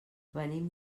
venim